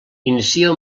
inicia